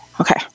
Okay